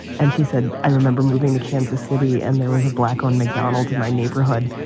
and she said, i remember moving to kansas city and there was a black on mcdonald's in my neighborhood.